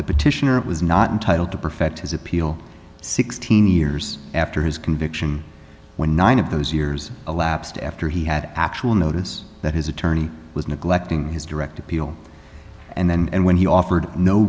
the petitioner was not entitled to perfect his appeal sixteen years after his conviction when nine of those years elapsed after he had actual notice that his attorney was neglecting his direct appeal and then when he offered no